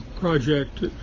project